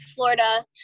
Florida